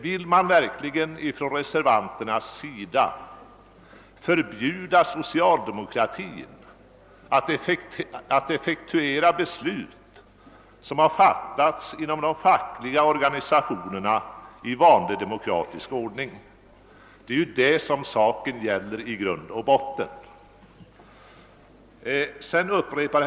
Vill reservanterna i utskottet verkligen förbjuda socialdemokratiska partiet att effektuera beslut som har fattats inom de fackliga organisationerna i vanlig demokratisk ordning? Det är ju det som saken i grund och botten gäller.